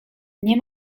nie